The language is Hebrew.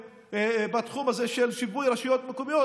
בתחום הזה של שיפוי הרשויות המקומיות,